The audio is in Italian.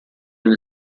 nel